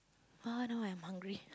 !huh! now I'm hungry